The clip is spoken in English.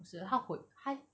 不是他会他